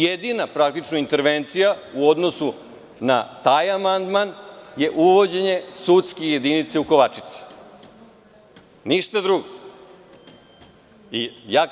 Jedina praktično intervencija u odnosu na taj amandman je uvođenje sudske jedinice u Kovačici, ništa drugo.